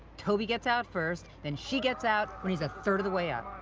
toby gets out first, then she gets out, when he's a third of the way up.